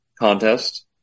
contest